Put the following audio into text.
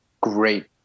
great